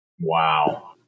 Wow